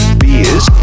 beers